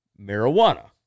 marijuana